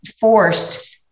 forced